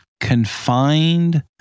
Confined